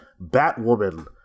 Batwoman